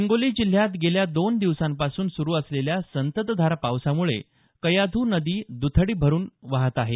हिंगोली जिल्ह्यात गेल्या दोन दिवसांपासून सुरू असलेल्या संततधार पावसामुळे कयाधू नदी द्थडी भरून वाहत आहे